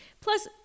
Plus